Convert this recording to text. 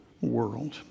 world